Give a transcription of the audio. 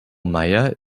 maier